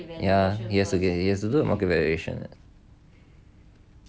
ya he has to do market evaluation